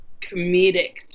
comedic